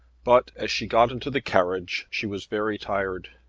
but, as she got into the carriage, she was very tired.